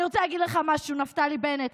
אני רוצה להגיד לך משהו, נפתלי בנט.